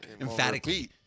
Emphatically